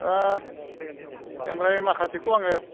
ओमफ्राय माखासेखौ आङो